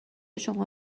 شما